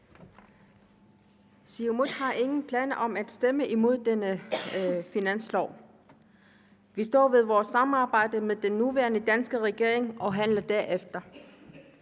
Siumut har ingen planer om at stemme imod finanslovsforslaget. Vi står ved vores samarbejde med den nuværende danske regering og handler derefter.